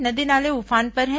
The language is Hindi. नदी नाले उफान पर हैं